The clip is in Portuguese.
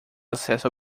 acesso